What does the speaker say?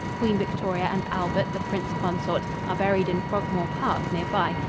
queen victoria and albert, the prince consort, are buried in frogmore park, near by,